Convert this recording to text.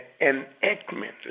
enactment